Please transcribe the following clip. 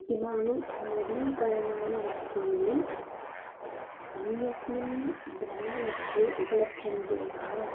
इमानि नवीकरणानि वस्तूनि अन्यस्मिन् ब्राण्ड् मध्ये उपलभ्यन्ते वा